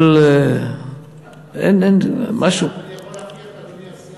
אני יכול להבטיח לך,